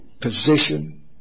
position